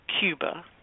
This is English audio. Cuba